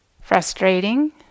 frustrating